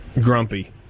grumpy